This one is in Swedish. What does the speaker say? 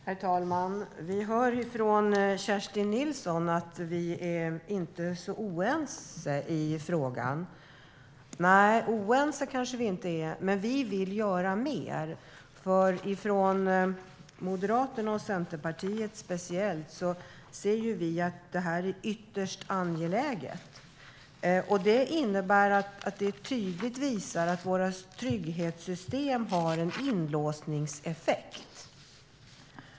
Herr talman! Vi hör här från Kerstin Nilsson att hon inte tycker att vi är så oense i frågan. Nej, oense kanske vi inte är, men vi från Moderaterna och Centerpartiet vill göra mer. Vi ser att det här är ytterst angeläget. Våra trygghetssystem har en inlåsningseffekt.